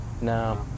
No